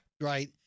Right